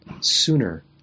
sooner